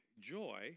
joy